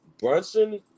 Brunson